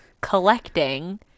collecting